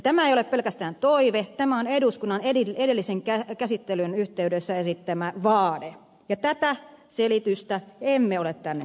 tämä ei ole pelkästään toive tämä on eduskunnan edellisen käsittelyn yhteydessä esittämä vaade ja tätä selitystä emme ole tänne saaneet